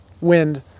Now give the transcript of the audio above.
wind